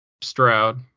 Stroud